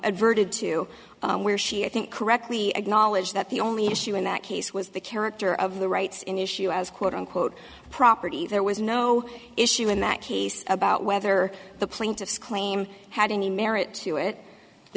adverted to where she i think correctly acknowledged that the only issue in that case was the character of the rights in issue as quote unquote property there was no issue in that case about whether the plaintiff's claim had any merit to it the